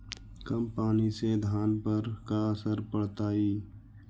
कम पनी से धान पर का असर पड़तायी?